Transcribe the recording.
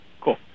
Cool